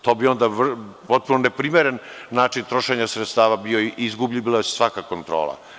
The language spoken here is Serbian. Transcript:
To bi onda bio potpuno neprimeren način trošenja sredstava i izgubila bi bila svaka kontrola.